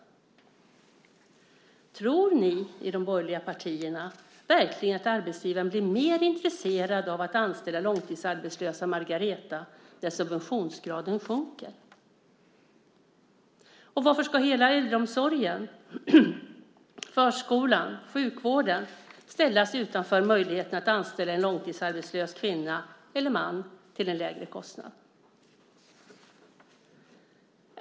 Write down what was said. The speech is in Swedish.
Tror ni i de borgerliga partierna verkligen att arbetsgivaren blir mer intresserad av att anställa långtidsarbetslösa Margareta när subventionsgraden sjunker? Och varför ska hela äldreomsorgen, förskolan och sjukvården ställas utanför möjligheten att anställa en långtidsarbetslös kvinna eller man till en lägre kostnad?